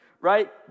right